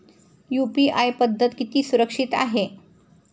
UPI पद्धत किती सुरक्षित आहे?